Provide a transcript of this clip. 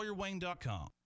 LawyerWayne.com